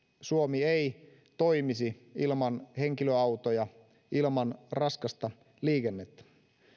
suomi ei toimisi ilman henkilöautoja ja ilman raskasta liikennettä